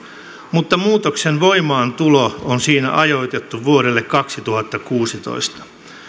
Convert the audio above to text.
mutta muutoksen voimaantulo on siinä ajoitettu vuodelle kaksituhattakuusitoista